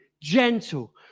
gentle